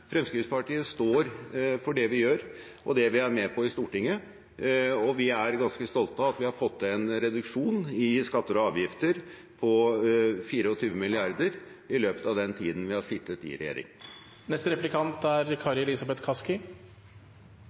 Fremskrittspartiet står for det vi gjør, og det vi er med på i Stortinget, og vi er ganske stolte av at vi har fått til en reduksjon i skatter og avgifter på 24 mrd. kr i løpet av den tiden vi har sittet i regjering.